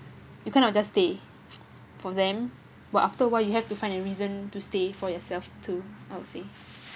you kind of just stay for them but after awhile you have to find a reason to stay for yourself too I would say